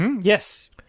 Yes